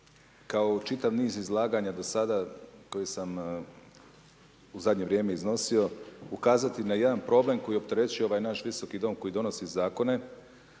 kao u čitav niz izlaganja do sada koje sam u zadnje vrijeme iznosio, ukazati na jedan problem koji opterećuje ovaj naš Visoki dom koji donosi zakone